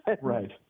Right